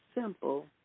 simple